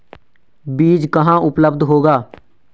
बीज कहाँ उपलब्ध होगा?